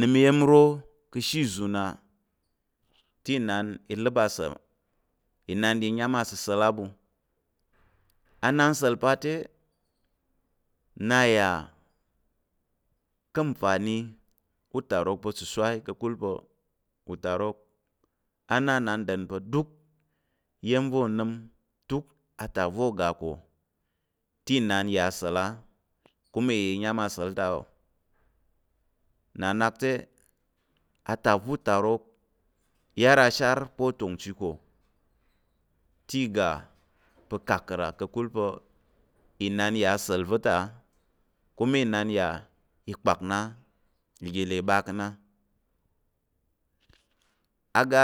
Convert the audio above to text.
Nəm iya̱m ro ka̱ ashe ìzun á te inan ya i ləp asa̱l inan yà i nyam asəsa̱l á ɓu anansel pa te, na yà ka̱ nfani utarok pa̱ sosai ka̱kul pa̱ utarok nnandər pa̱ duk iyam va̱ o nəm, duk atak va̱ o ga ká̱ te inan ya asa̱l á kuma i yà iyam asa̱l ata á wò nna nak te atak va̱ utarok yar ashar pa̱ o tonchi ko te i ga pa̱ kakərak ka̱kul pa̱ inan yà asa̱l va̱ ta kuma inan yà i kpak na i ga le i ɓa ká̱ na aga